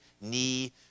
knee